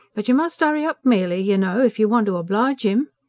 but you must hurry up, mely, you know, if you want to oblige im.